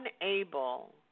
unable